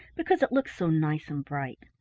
because it looks so nice and bright.